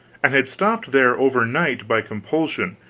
and had stopped there over night, by compulsion,